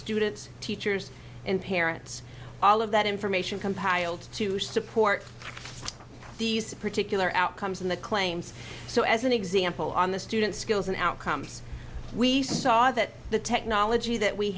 students teachers and parents all of that information compiled to support these particular outcomes in the claims so as an example on the students skills and outcomes we saw that the technology that we